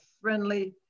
friendly